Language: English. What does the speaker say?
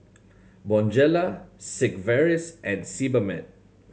Bonjela Sigvaris and Sebamed